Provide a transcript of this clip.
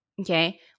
Okay